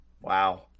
Wow